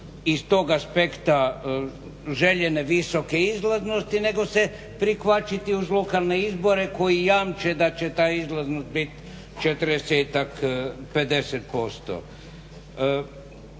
iz tog aspekta željene visoke izlaznosti nego se prikvačiti uz lokalne izbore koji jamče da će ta izlaznost biti